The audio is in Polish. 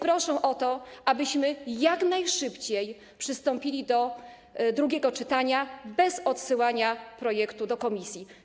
Proszę więc o to, abyśmy jak najszybciej przystąpili do drugiego czytania, bez odsyłania projektu do komisji.